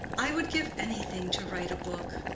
i would give anything to write a book!